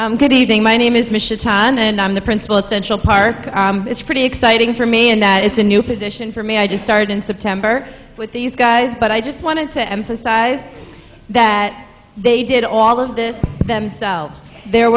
a good evening my name is misha time and i'm the principal at central park it's pretty exciting for me in that it's a new position for me i just started in september with these guys but i just wanted to emphasize that they did all of this themselves there